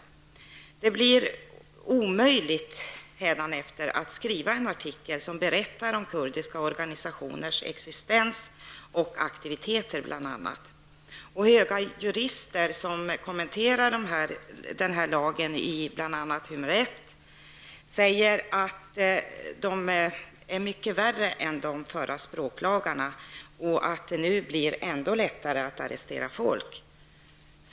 Hädanefter är det omöjligt att publicera en artikel som berättar om kurdiska organisationers existens och aktiviteter. Höga jurister har kommenterat den här lagen i bl.a. tidningen Hümyrett. De anser att den nya lagen är mycket strängare än de gamla språklagarna, och att det nu blir ändå lättare att arrestera folk.